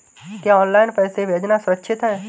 क्या ऑनलाइन पैसे भेजना सुरक्षित है?